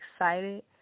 excited